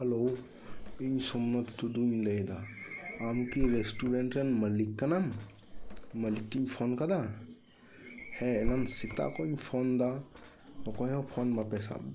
hello ᱤᱧ ᱥᱚᱢᱱᱟᱛᱷ ᱴᱩᱰᱩᱧ ᱞᱟᱹᱭ ᱮᱫᱟ ᱟᱢ ᱠᱤ ᱨᱮᱥᱴᱩᱨᱮᱱᱴ ᱨᱮᱱ ᱢᱟᱹᱞᱤᱠ ᱠᱟᱱᱟᱢ ᱢᱟᱹᱞᱤᱠ ᱴᱷᱮᱱ ᱤᱧ ᱯᱷᱳᱱ ᱟᱠᱟᱫ ᱦᱮᱸ ᱮᱱᱟᱱ ᱥᱮᱛᱟᱜ ᱠᱷᱚᱱ ᱤᱧ ᱯᱷᱳᱱ ᱮᱫᱟ ᱚᱠᱚᱭ ᱦᱚᱸ ᱯᱷᱳᱱ ᱵᱟᱯᱮ ᱥᱟᱵ ᱮᱫᱟ